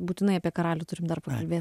būtinai apie karalių turim dar pakalbėt